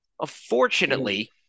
Unfortunately